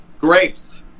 Grapes